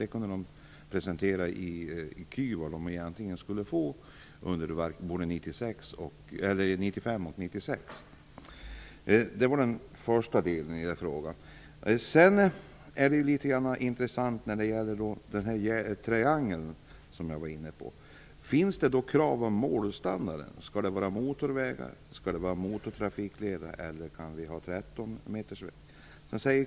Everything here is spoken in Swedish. De kunde presentera i ecu vad de skulle få både under Nordiska triangeln är intressant. Finns det krav vad gäller målstandarden? Skall det vara motorväg eller motortrafikled, eller kan vi ha trettonmetersväg?